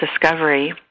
discovery